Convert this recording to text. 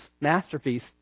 masterpiece